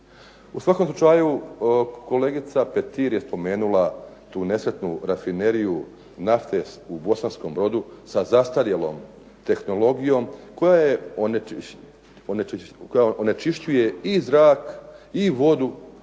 U svakom slučaju kolegica Petir je spomenula tu nesretnu rafineriju nafte u Bosanskom Brodu sa zastarjelom tehnologijom koja onečišćuje i zrak i vodu